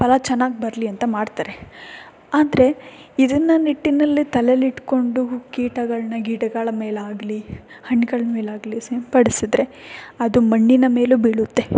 ಫಲ ಚೆನ್ನಾಗಿ ಬರಲಿ ಅಂತ ಮಾಡ್ತಾರೆ ಆದರೆ ಇದನ್ನು ನಿಟ್ಟಿನಲ್ಲಿ ತಲೇಲಿಟ್ಕೊಂಡು ಕೀಟಗಳನ್ನ ಗಿಡಗಳ ಮೇಲಾಗಲಿ ಹಣ್ಗಳ ಮೇಲಾಗಲಿ ಸಿಂಪಡಿಸಿದರೆ ಅದು ಮಣ್ಣಿನ ಮೇಲೂ ಬೀಳುತ್ತೆ